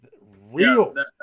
real